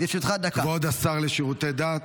כבוד השר לשירותי דת,